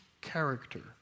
character